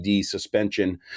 suspension